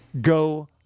go